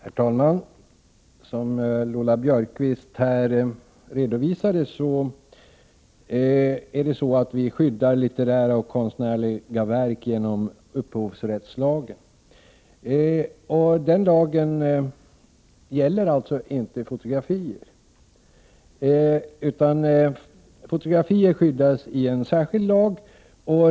Herr talman! Som Lola Björkquist redovisade skyddar vi litterära och konstnärliga verk genom upphovsrättslagen. Den lagen gäller alltså inte fotografier, utan fotografier skyddas av en särskild lag.